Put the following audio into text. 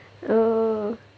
oh